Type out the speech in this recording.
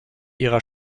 ihrer